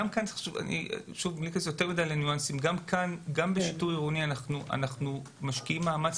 גם בשיטור עירוני אנחנו משקיעים מאמץ